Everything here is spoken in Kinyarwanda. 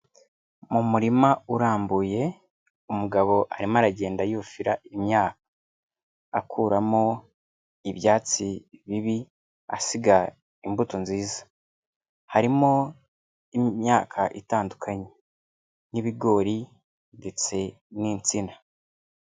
Mu murima urambuye, umugabo arimo aragenda yufira imyaka. Akuramo ibyatsi bibi asiga imbuto nziza. Harimo imyaka itandukanye n'ibigori ndetse n'insina.